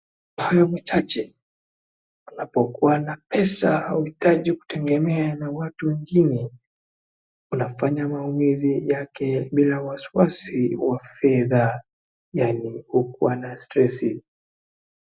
Kwa hayo machache unapokuwa na pesa hauhitaji kutegemea na watu wengine. Unafanya maumuzi yake bila wasiwasi wa fedha yani hukua na stresi .